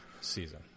season